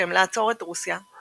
בשם "לעצור את רוסיה",